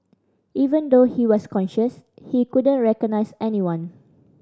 even though he was conscious he couldn't recognise anyone